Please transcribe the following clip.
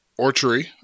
orchery